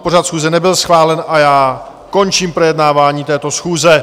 Pořad schůze nebyl schválen a končím projednávání této schůze.